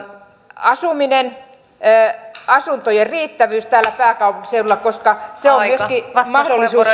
asuminen asuntojen riittävyys täällä pääkaupunkiseudulla koska se on myöskin mahdollisuus